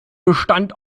bestand